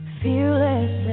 fearless